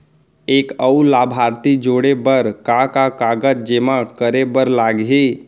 एक अऊ लाभार्थी जोड़े बर का का कागज जेमा करे बर लागही?